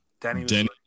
Danny